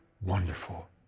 wonderful